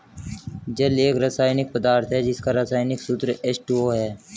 जल एक रसायनिक पदार्थ है जिसका रसायनिक सूत्र एच.टू.ओ है